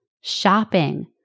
shopping